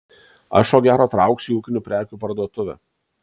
aš ko gero trauksiu į ūkinių prekių parduotuvę